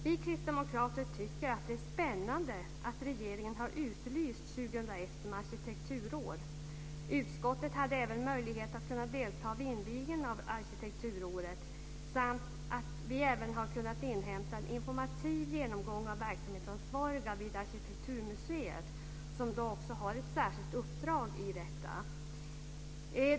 Vi kristdemokrater tycker att det är spännande att regeringen har utlyst 2001 som arkitekturår. Utskottet hade även möjlighet att delta vid invigningen av arkitekturåret. Vi har även fått en informativ genomgång av verksamhetsansvariga vid Arkitekturmuseet som har ett särskilt uppdrag i detta.